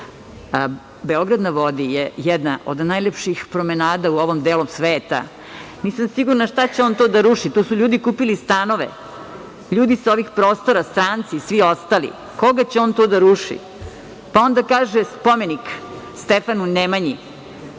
„Beograd na vodi“ je jedna od najlepših promenada u ovom delu sveta. Nisam sigurna šta će on to da ruši. Tu su ljudi kupili stanove, ljudi sa ovih prostora, stranci i svi ostali. Koga će on to da ruši? Onda kaže – spomenik Stefanu Nemanji,